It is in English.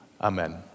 Amen